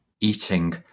eating